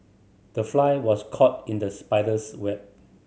the fly was caught in the spider's web